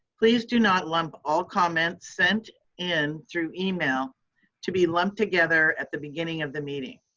please do not lump all comments sent in through email to be lumped together at the beginning of the meeting.